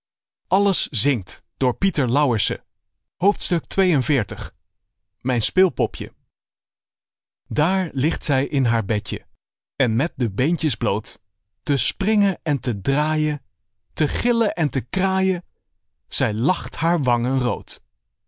iet en ijn speelpopje daar ligt zij in haar bedje en met de beentjes bloot te springen en te draaien te gillen en te kraaien zij lacht haar wangen